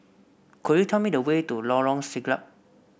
could you tell me the way to Lorong Siglap